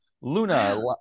Luna